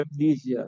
amnesia